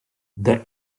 the